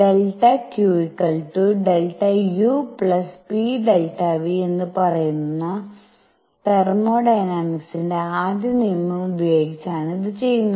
ΔQ ΔU p ΔV എന്ന് പറയുന്ന തെർമോഡൈനാമിക്സിന്റെ ആദ്യ നിയമം ഉപയോഗിച്ചാണ് ഇത് ചെയ്യുന്നത്